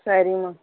சரிம்மா